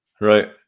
Right